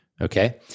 Okay